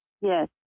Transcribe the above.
Yes